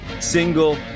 single